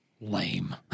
Lame